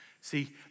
See